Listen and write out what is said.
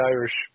Irish